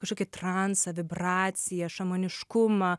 kažkokį transą vibraciją šamaniškumą